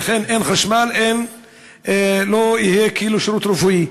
אין חשמל, לא יהיה שירות רפואי.